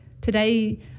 Today